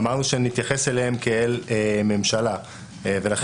אמרנו שנתייחס אליהם כאל ממשלה ולכן